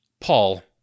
Paul